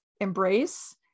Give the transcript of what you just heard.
embrace